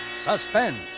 Suspense